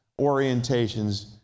orientations